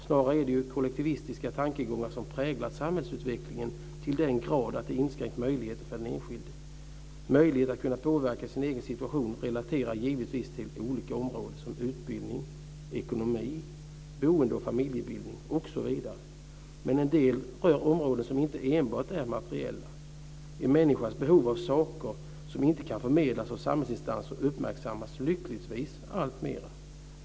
Snarare är det kollektivistiska tankegångar som präglat samhällsutvecklingen till den grad att den enskildes möjligheter inskränkts. Möjligheter att påverka sin egen situation relaterar givetvis till områden som utbildning, ekonomi, boende, familjebildning osv., men en del rör områden som inte enbart är materiella. En människas behov av sådant som inte kan förmedlas av samhällsinstanser uppmärksammas lyckligtvis alltmer.